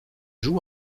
joue